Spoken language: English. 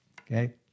Okay